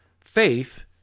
Faith